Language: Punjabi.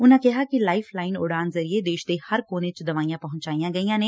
ਉਨੂਾਂ ਕਿਹਾ ਕਿ 'ਲਾਈਫ ਲਾਈਨ ਉਡਾਣ' ਜਰੀਏ ਦੇਸ਼ ਦੇ ਹਰ ਕੋਨੇ 'ਚ ਦਵਾਈਆਂ ਪਹੁੰਚਾਈਆਂ ਗਈਆਂ ਨੇ